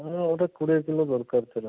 ନାଇମ ଗୋଟେ କୋଡ଼ିଏ କିଲୋ ଦରକାର ଥିଲା